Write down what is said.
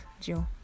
Joe